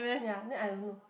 ya then I don't know